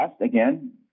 again